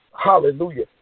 Hallelujah